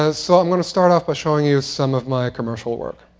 ah so i'm going to start off by showing you some of my commercial work,